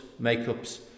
makeups